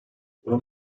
bunun